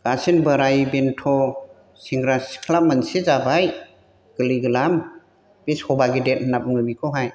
गासिन बोराइ बेन्थ सेंग्रा सिख्ला मोनसे जाबाय गोरलै गोरलाम बे सभा गेदेद होनना बुङो बेखौहाय